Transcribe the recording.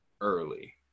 early